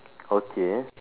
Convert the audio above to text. okay